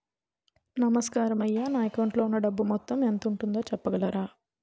నమస్కారం అయ్యా నా అకౌంట్ లో ఉన్నా డబ్బు మొత్తం ఎంత ఉందో చెప్పగలరా?